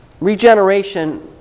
Regeneration